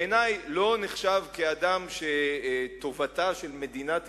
בעיני, לא נחשב אדם שטובתה של מדינת ישראל,